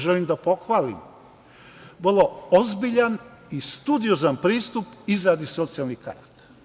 Želim da pohvalim vrlo ozbiljan i studiozan pristup izradi socijalnih karata.